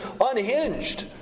unhinged